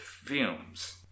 fumes